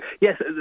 yes